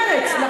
לאולם.